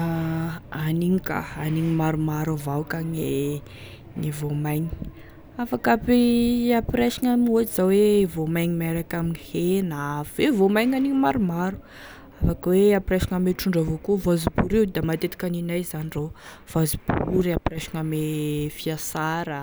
A aniny ka, aniny maromaro avao ka gne gne voamaigny, afaky ampi- ampiraisigny amin'ny ohatry zao hoe voamaigny miaraky amign'hena, afaka voamaigny maromaro, afaky hoe ampiraisigny ame trondro avao koa, e voanzobory io zao ohatry matetiky aninay zany ro, voanzobory io ampiarahagny ame fiasara,